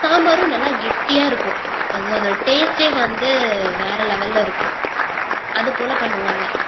சாம்பாரும் நல்லா கெட்டியாக இருக்கும் அதோடய டேஸ்ட்டே வந்து வேறே லெவலில் இருக்கும் அது போல பண்ணுவாங்க